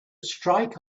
strike